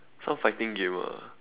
some fighting game ah